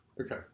Okay